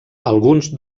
alguns